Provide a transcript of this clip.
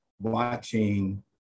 watching